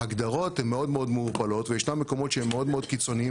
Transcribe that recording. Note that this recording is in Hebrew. ההגדרות הן מאוד מאוד מעורפלות וישנם מקומות שהם מאוד מאוד קיצוניים.